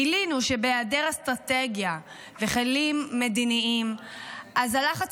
גילינו שבהיעדר אסטרטגיה וכלים מדיניים אז הלחץ